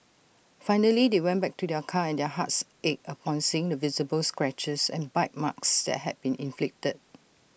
finally they went back to their car and their hearts ached upon seeing the visible scratches and bite marks that had been inflicted